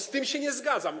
Z tym się nie zgadzam.